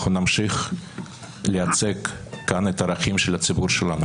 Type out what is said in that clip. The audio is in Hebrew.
אנחנו נמשיך לייצג כאן את הערכים של הציבור שלנו,